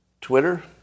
Twitter